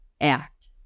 act